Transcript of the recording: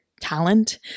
talent